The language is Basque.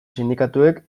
sindikatuek